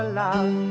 love